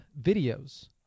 videos